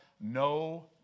no